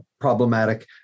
problematic